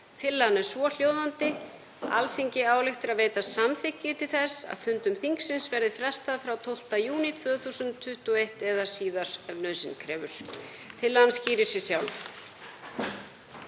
Tillagan er svohljóðandi: „Alþingi ályktar að veita samþykki til þess að fundum þingsins verði frestað frá 12. júní 2021 eða síðar, ef nauðsyn krefur.“ Tillagan skýrir sig sjálf.